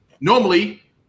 Normally